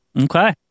Okay